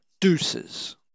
Deuces